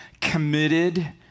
committed